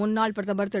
முன்னாள் பிரதமர் திரு